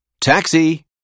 Taxi